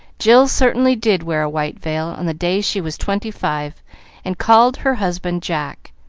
jill certainly did wear a white veil on the day she was twenty-five and called her husband jack.